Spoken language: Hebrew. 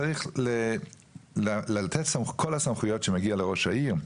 ולכן צריך לתת את כל הסמכויות שמגיעות לראש העיר,